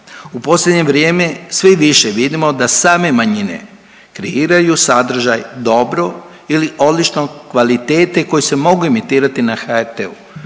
U posljednje vrijeme sve više vidimo da same manjine kreiraju sadržaj dobro ili odlično kvalitete koje se mogu emitirati na HRT-u.